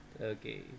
okay